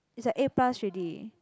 is like eight plus already